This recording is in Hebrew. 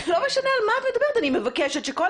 הם מפעילים את הכוח שלהם כעורכי דין,